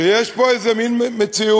שיש פה איזה מין מציאות